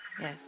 Yes